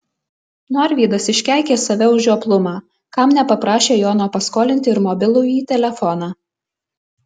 norvydas iškeikė save už žioplumą kam nepaprašė jono paskolinti ir mobilųjį telefoną